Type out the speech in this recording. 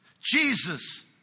Jesus